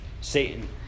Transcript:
Satan